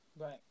Right